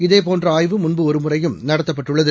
இதேபோன்ற ஆய்வு முன்பு ஒருமுறையும் நடத்தப்பட்டுள்ளது